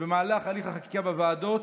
במהלך הליך החקיקה בוועדות,